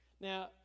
Now